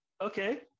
Okay